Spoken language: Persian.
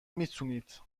میتونید